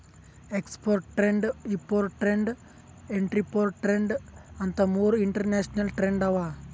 export trade, import trade, entrepot trade ಅಂತ್ ಮೂರ್ international trade ಅವಾ